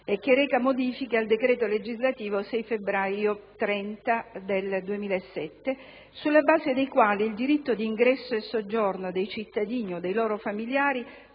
e recante modifiche al decreto legislativo 6 febbraio 2007, n. 30, sulla base dei quali il diritto di ingresso e soggiorno dei cittadini dell'Unione o dei loro familiari,